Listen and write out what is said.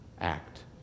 act